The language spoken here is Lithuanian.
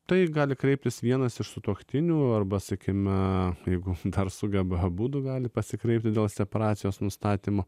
tai gali kreiptis vienas iš sutuoktinių arba sakykime jeigu dar sugeba abudu gali pasikreipti dėl separacijos nustatymo